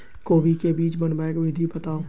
कोबी केँ बीज बनेबाक विधि बताऊ?